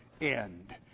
end